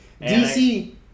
DC